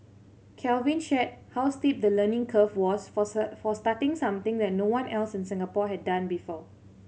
Calvin shared how steep the learning curve was force her for starting something that no one else in Singapore had done before